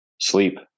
sleep